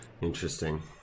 Interesting